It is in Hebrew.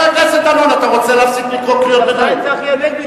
מה עם צחי הנגבי?